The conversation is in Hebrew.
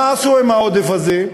מה עשו עם העודף הזה?